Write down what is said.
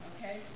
okay